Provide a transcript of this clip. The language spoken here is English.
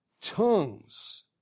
tongues